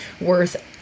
worth